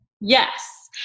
Yes